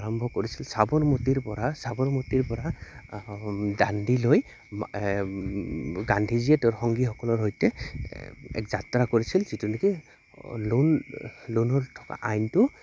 আৰম্ভ কৰিছিল চাবৰমতিৰ পৰা চাবৰমতিৰ পৰা দাণ্ডিলৈ গান্ধীজীয়ে তেওঁৰ সংগীসকলৰ সৈতে এক যাত্ৰা কৰিছিল যিটো নেকি লোন লোনৰ থকা আইনটো